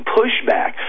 pushback